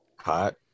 Hot